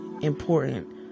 important